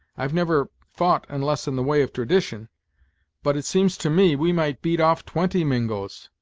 i've never fou't unless in the way of tradition but it seems to me we might beat off twenty mingos,